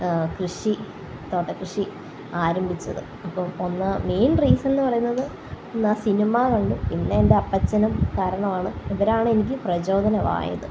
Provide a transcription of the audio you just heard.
കൃഷി തോട്ട കൃഷി ആരംഭിച്ചത് അപ്പം ഒന്ന് മെയിന് റീസണ് എന്ന് പറയുന്നത് ഒന്ന് ആ സിനിമ കണ്ടു പിന്നെ എന്റെ അപ്പച്ചനും കാരണമാണ് ഇവരാണ് എനിക്ക് പ്രചോദനം ആയത്